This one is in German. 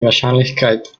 wahrscheinlichkeit